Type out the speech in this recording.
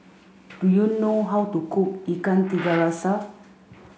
do you know how to cook Ikan Tiga Rasa